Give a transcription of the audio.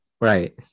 Right